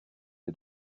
est